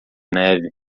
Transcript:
neve